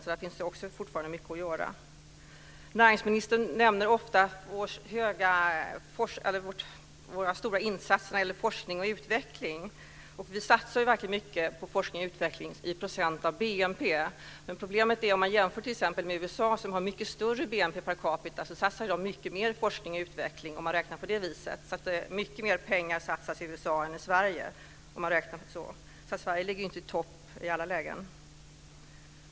Också där finns det fortfarande mycket att göra. Näringsministern nämner ofta våra stora insatser när det gäller forskning och utveckling. Vi satsar verkligen mycket på forskning och utveckling i procent av BNP, men problemet är att t.ex. USA, som har mycket större BNP per capita, räknat på detta sätt satsar mycket på forskning och utveckling. Mycket mer pengar satsas i USA än i Sverige. Sverige ligger alltså inte i topp i alla lägen.